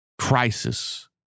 crisis